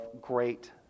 great